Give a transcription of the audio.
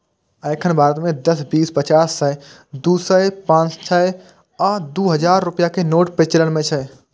एखन भारत मे दस, बीस, पचास, सय, दू सय, पांच सय आ दू हजार रुपैया के नोट प्रचलन मे छै